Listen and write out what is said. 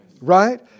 right